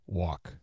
walk